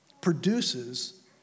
produces